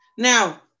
Now